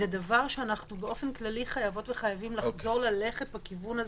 זה דבר שאנחנו באופן כללי חייבות וחייבים לחזור ללכת בכיוון הזה.